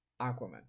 Aquaman